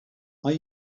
are